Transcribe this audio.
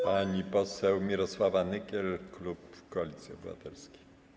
Pani poseł Mirosława Nykiel, klub Koalicji Obywatelskiej.